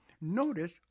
notice